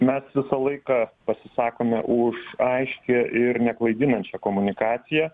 mes visą laiką pasisakome už aiškią ir neklaidinančią komunikaciją